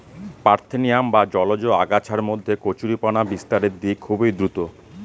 parthenium বা জলজ আগাছার মধ্যে কচুরিপানা বিস্তারের দিক খুবই দ্রূত